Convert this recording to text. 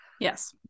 Yes